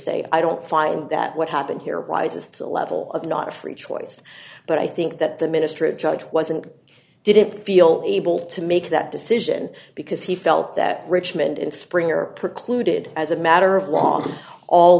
say i don't find that what happened here rises to a level of not a free choice but i think that the ministry of judge wasn't didn't feel able to make that decision because he felt that richmond in spring or precluded as a matter of law all